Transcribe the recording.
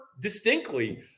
distinctly